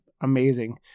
Amazing